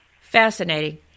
Fascinating